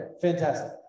fantastic